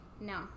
No